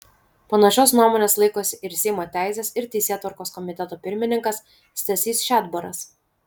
panašios nuomonės laikosi ir seimo teisės ir teisėtvarkos komiteto pirmininkas stasys šedbaras